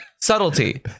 subtlety